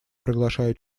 приглашаю